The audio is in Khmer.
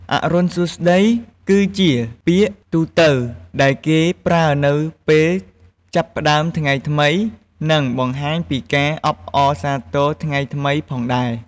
“អរុណសួស្តី” គឺជាពាក្យទូទៅ ដែលគេប្រើនៅពេលចាប់ផ្តើមថ្ងៃថ្មី និងបង្ហាញពីការអបអរសាទរថ្ងៃថ្មីផងដែរ ។